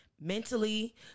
mentally